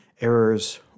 errors